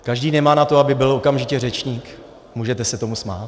Každý nemá na to, aby byl okamžitě řečník, můžete se tomu smát.